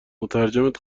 مترجمت